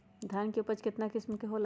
धान के उपज केतना किस्म के होला?